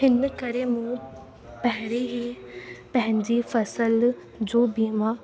हिन करे मूं पहिरीं ई पंहिंजी फसल जो बीमा